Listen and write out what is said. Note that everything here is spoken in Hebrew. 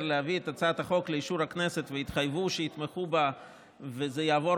את הצעת החוק לאישור הכנסת והתחייבו שיתמכו בה וזה יעבור